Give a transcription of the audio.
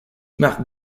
marque